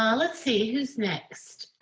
um let's see who's next.